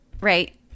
right